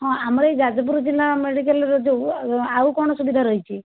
ହଁ ଆମ ଏଇ ଯାଜପୁର ଜିଲ୍ଲା ମେଡି଼କାଲରେ ଯେଉଁ ଆଉ କ'ଣ ସୁବିଧା ରହିଛି